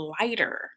lighter